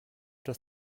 das